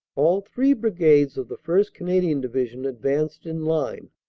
all three brigades of the first. canadian division advanced in line,